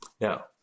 now